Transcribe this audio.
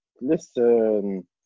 listen